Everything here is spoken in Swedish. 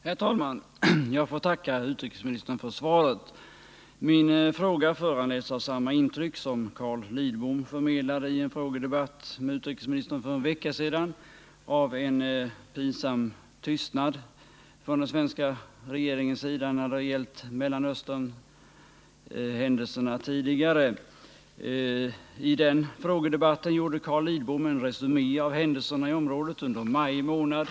Herr talman! Jag får tacka utrikesministern för svaret. Min fråga har föranletts av samma intryck som Carl Lidbom förmedlade i en frågedebatt med utrikesministern för en vecka sedan som rörde händelser som inträffat i Mellanöstern, nämligen intrycket av en pinsam tystnad från den svenska regeringens sida. I den frågedebatten gjorde Carl Lidbom en resumé av händelserna i området under maj månad.